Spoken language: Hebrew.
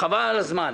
"חבל על הזמן".